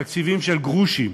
תקציבים של גרושים.